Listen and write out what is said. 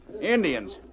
indians